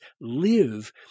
live